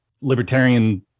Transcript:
libertarian